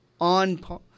on